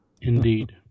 Indeed